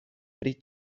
pri